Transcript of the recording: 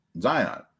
Zion